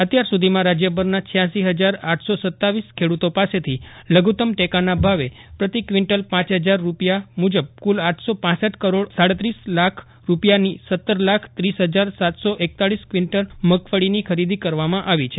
અત્યારસુધીમાં રાજ્યભરના છયાંસી હજાર આઠસો સત્તાવીસ ખેડૂતો પાસેથી લ્વુત્તમ ટેકાના ભાવ પ્રતિ કિવન્ટલ પાંચ હજાર રૂપિયા મુજબ કુલ આઠસો પાંસઠ કરોડ સાડત્રીસ લાખ રૂપિયાની સત્તર લાખ ત્રીસ હજાર સાતસો એક્તાલીસ ક્વિન્ટલ મગફળીની ખરીદી કરવામાં આવી છે